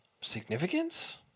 Significance